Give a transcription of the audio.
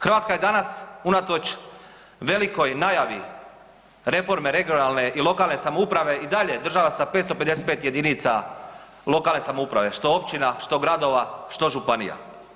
Hrvatska je danas unatoč velikoj najavi reforme regionalne i lokalne samouprave i dalje država sa 555 jedinica lokalne samouprave što općina, što gradova, što županija.